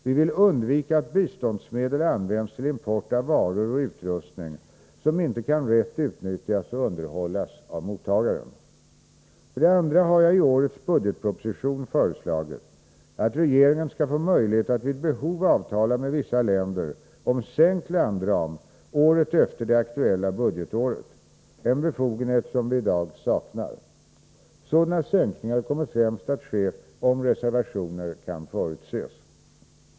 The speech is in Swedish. Vi vill undvika att biståndsmedel används till import av varor och utrustning som inte kan rätt utnyttjas och underhållas av mottagaren. För det andra har jag i årets budgetproposition föreslagit, att regeringen skall få möjlighet att vid behov avtala med vissa länder om sänkt landram året efter det aktuella budgetåret, en befogenhet som vi i dag saknar. Sådana sänkningar kommer främst att ske om reservationer kan förutses.